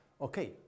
okay